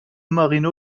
marino